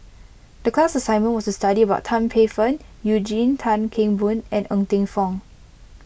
the class assignment was to study about Tan Paey Fern Eugene Tan Kheng Boon and Ng Teng Fong